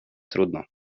trudno